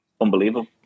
unbelievable